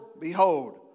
behold